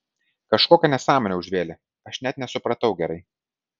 kažkokią nesąmonę užvėlė aš net nesupratau gerai